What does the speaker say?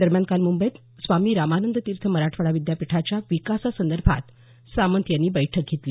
दरम्यान काल मुंबईत स्वामी रामानंद तीर्थ मराठवाडा विद्यापीठाच्या विकासासंदर्भात सामंत यांनी बैठक घेतली